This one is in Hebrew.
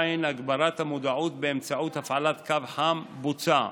הגברת המודעות באמצעות הפעלת קו חם, בוצע.